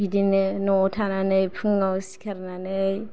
बिदिनो न'वाव थानानै फुङाव सिखारनानै